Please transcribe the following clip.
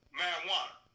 marijuana